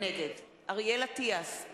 נגד אריאל אטיאס,